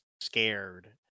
scared